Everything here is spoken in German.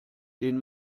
den